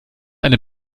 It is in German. eine